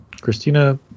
Christina